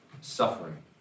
suffering